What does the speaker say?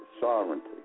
sovereignty